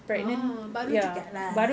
oh baru juga lah